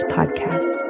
Podcast